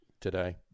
today